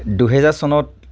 দুহেজাৰ চনত